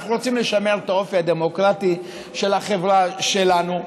אנחנו רוצים לשמר את האופי הדמוקרטי של החברה שלנו,